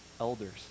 elders